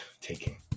taking